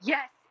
Yes